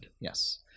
Yes